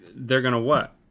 they're gonna what?